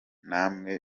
namwe